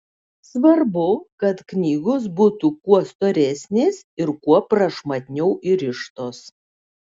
svarbu kad knygos būtų kuo storesnės ir kuo prašmatniau įrištos